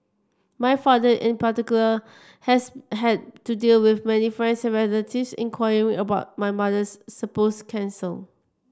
my father in particular has had to deal with many friends and relatives inquiring about my mother's supposed cancer